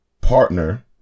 partner